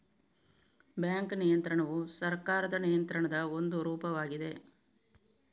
bank ನಿಯಂತ್ರಣವು ಸರ್ಕಾರದ ನಿಯಂತ್ರಣದ ಒಂದು ರೂಪವಾಗಿದೆ